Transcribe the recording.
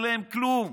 אין להם כלום.